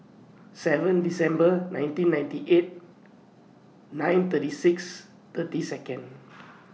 seven December nineteen ninety eight nine thirty six thirty Seconds